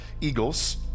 eagles